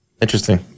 Interesting